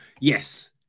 yes